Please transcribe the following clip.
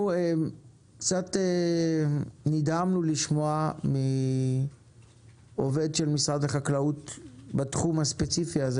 אנחנו קצת נדהמנו לשמוע מעובד של משרד החקלאות בתחום הספציפי הזה,